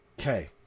okay